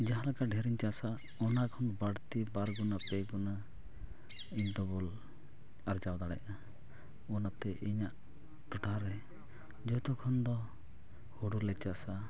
ᱡᱟᱦᱟᱸᱞᱮᱠᱟ ᱰᱷᱮᱨᱤᱧ ᱪᱟᱥᱟ ᱚᱱᱟ ᱠᱷᱚᱱ ᱵᱟᱹᱲᱛᱤ ᱵᱟᱨᱜᱩᱱᱟ ᱯᱮ ᱜᱩᱱᱟ ᱤᱧ ᱟᱨᱡᱟᱣ ᱫᱟᱲᱮᱭᱟᱜᱼᱟ ᱚᱱᱟᱛᱮ ᱤᱧᱟᱹᱜ ᱴᱚᱴᱷᱟᱨᱮ ᱡᱚᱛᱚ ᱠᱷᱚᱱ ᱫᱚ ᱦᱩᱲᱩᱞᱮ ᱪᱟᱥᱟ